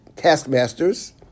taskmasters